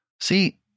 see